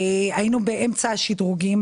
היינו באמצע השדרוגים.